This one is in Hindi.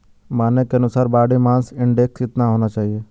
मानक के अनुसार बॉडी मास इंडेक्स कितना होना चाहिए?